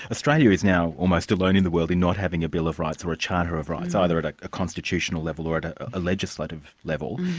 australia is now almost alone in the world in not having a bill of rights or a charter of rights, either at a a constitutional level or at at a legislative level.